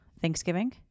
Thanksgiving